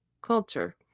culture